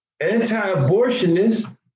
anti-abortionists